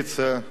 כבוד השר,